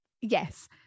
Yes